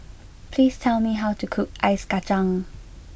please tell me how to cook Ice Kacang